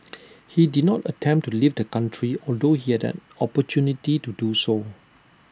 he did not attempt to leave the country although he had an opportunity to